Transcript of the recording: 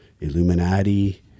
Illuminati